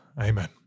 Amen